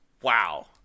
Wow